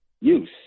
use